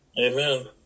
Amen